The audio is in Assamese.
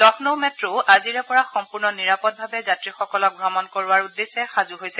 লক্ষ্ণৌ মেট্ও আজিৰে পৰা সম্পূৰ্ণ নিৰাপদভাৱে যাত্ৰীসকলক ভ্ৰমণ কৰোৱাৰ উদ্দেশ্যে সাজু হৈছে